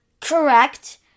correct